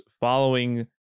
following